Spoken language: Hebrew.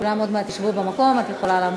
כולם עוד מעט ישבו במקום, את יכולה להמשיך.